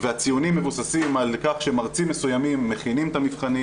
והציונים מבוססים על כך שמרצים מסוימים מכינים את המבחנים